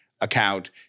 account